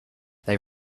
they